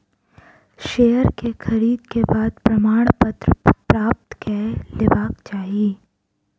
share के खरीद के बाद प्रमाणपत्र प्राप्त कय लेबाक चाही